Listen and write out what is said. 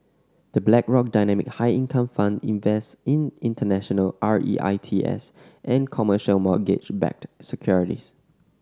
The Blackrock Dynamic High Income Fund invests in international R E I T S and commercial mortgage backed securities